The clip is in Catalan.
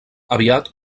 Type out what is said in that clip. aviat